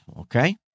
Okay